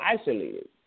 isolated